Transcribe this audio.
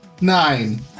Nine